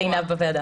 וונש,